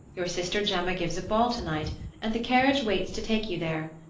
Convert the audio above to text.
your sister gemma gives a ball to-night and the carriage waits to take you there.